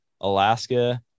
alaska